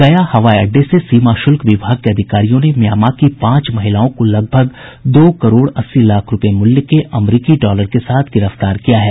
गया हवाई अड्डे से सीमा शुल्क विभाग के अधिकारियों ने म्यामां की पांच महिलाओं को लगभग दो करोड़ अस्सी लाख रूपये मूल्य के अमरिकी डॉलर के साथ गिरफ्तार किया है